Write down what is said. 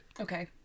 Okay